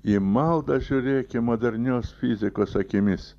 į maldą žiūrėkim modernios fizikos akimis